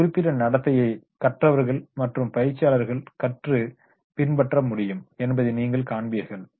இந்த குறிப்பிட்ட நடத்தையை கற்றவர்கள் மற்றும் பயிற்சியாளர்கள் கற்று பின்பற்ற முடியும் என்பதை நீங்கள் காண்பீர்கள்